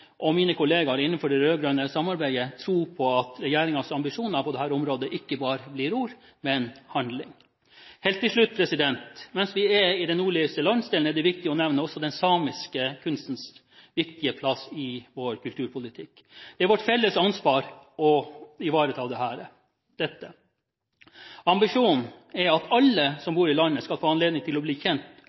og mine kolleger innenfor det rød-grønne samarbeidet tro på at regjeringens ambisjoner på dette området ikke bare blir ord, men handling. Helt til slutt: Mens vi er i den nordligste landsdelen, er det viktig å nevne også den samiske kunstens viktige plass i vår kulturpolitikk. Det er vårt felles ansvar å ivareta dette. Ambisjonen er at alle som bor i landet, skal få anledning til å bli kjent